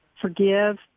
forgive